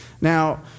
Now